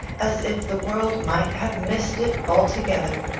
as if the world might have missed it altogether.